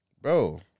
bro